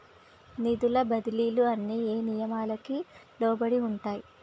నిధుల బదిలీలు అన్ని ఏ నియామకానికి లోబడి ఉంటాయి?